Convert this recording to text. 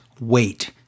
wait